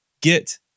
get